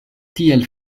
tiel